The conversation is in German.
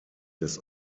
des